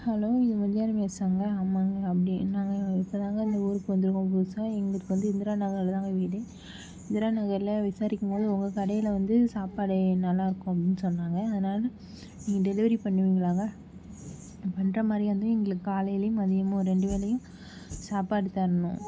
hello இது மெஸ்ஸாங்க ஆமாங்க அப்படி நான் இப்போதாங்க இந்த ஊருக்கு வந்திருக்கோம் புதுசாக எங்களுக்கு வந்து இந்திரா நகரில் தாங்க வீடு இந்திரா நகரில் விசாரிக்கும்போது உங்கள் கடையில் வந்து சாப்பாடு நல்லாயிருக்கும் அப்படின்னு சொன்னாங்க அதனால் நீங்கள் டெலிவரி பண்ணுவீங்களாங்க பண்ணுற மாதிரி இருந்தால் எங்களுக்கு காலையிலேயும் மதியமும் ரெண்டு வேளையும் சாப்பாடு தரணும்